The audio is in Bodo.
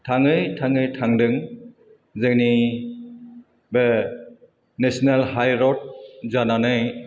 थाङै थाङै थादों जोंनि बे नेशनेल हाइरड जानानै